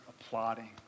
applauding